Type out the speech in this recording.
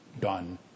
done